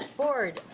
board,